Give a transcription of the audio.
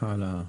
סליחה על ה-,